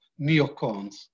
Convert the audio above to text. neocons